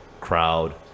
crowd